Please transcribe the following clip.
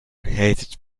hated